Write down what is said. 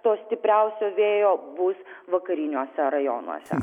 to stipriausio vėjo bus vakariniuose rajonuose